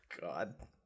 God